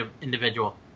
individual